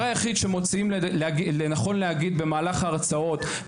היחיד שמוצאים לנכון להגיד במהלך ההרצאות,